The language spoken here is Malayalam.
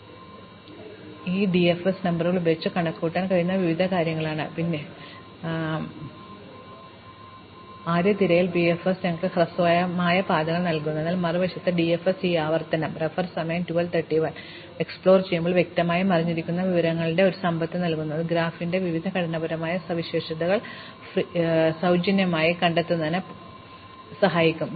അതിനാൽ ഈ ഡിഎഫ്എസ് നമ്പറുകൾ ഉപയോഗിച്ച് കണക്കുകൂട്ടാൻ കഴിയുന്ന വിവിധ കാര്യങ്ങളാണിവ പിന്നീടുള്ള പ്രഭാഷണങ്ങളിലെ കണക്കുകൂട്ടലുകളിൽ നിന്നും ഇവയിൽ ചിലത് ഞങ്ങൾ കാണും പക്ഷേ ഇത് ഡിഎഫ്എസിനെ യഥാർത്ഥത്തിൽ കൂടുതൽ ഉപയോഗപ്രദമായ പര്യവേക്ഷണ തന്ത്രമാക്കി മാറ്റുന്നു ആദ്യ തിരയൽ ബിഎഫ്എസ് ഞങ്ങൾക്ക് ഹ്രസ്വമായ പാതകൾ നൽകുന്നു എന്നാൽ മറുവശത്ത് ഡിഎഫ്എസ് ഈ ആവർത്തന പര്യവേക്ഷണത്തിൽ വ്യക്തമായി മറഞ്ഞിരിക്കുന്ന വിവരങ്ങളുടെ ഒരു സമ്പത്ത് നൽകുന്നു അത് ഗ്രാഫിന്റെ വിവിധ ഘടനാപരമായ സവിശേഷതകൾ സ free ജന്യമായി കണ്ടെത്തുന്നതിന് പൊട്ടിത്തെറിക്കും